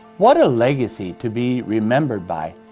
what a legacy to be remembered by!